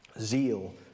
Zeal